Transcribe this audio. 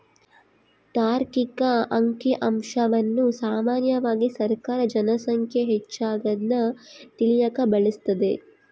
ತಾರ್ಕಿಕ ಅಂಕಿಅಂಶವನ್ನ ಸಾಮಾನ್ಯವಾಗಿ ಸರ್ಕಾರ ಜನ ಸಂಖ್ಯೆ ಹೆಚ್ಚಾಗದ್ನ ತಿಳಿಯಕ ಬಳಸ್ತದೆ